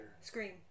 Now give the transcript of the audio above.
Scream